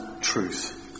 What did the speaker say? truth